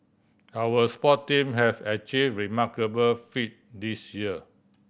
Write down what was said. our sport team have achieved remarkable feat this year